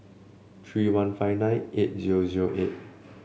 three one five nine eight zero zero eight